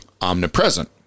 omnipresent